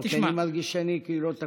לא, כי אני מרגיש כאילו שאתה כולל אותי.